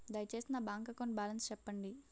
దయచేసి నా bank account balance చెప్పండి